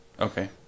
Okay